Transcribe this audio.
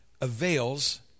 avails